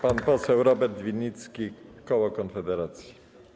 Pan poseł Robert Winnicki, koło Konfederacji.